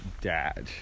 dad